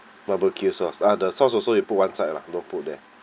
barbecue sauce ah the sauce also you put one side lah don't put there